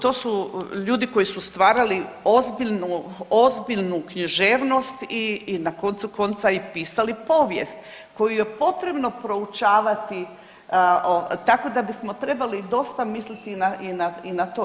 To su, to su ljudi koji su stvarali ozbiljnu, ozbiljnu književnost i na koncu konca i pisali povijest koju je potrebno proučavati tako da bismo trebali dosta misliti i na to.